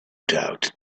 doubt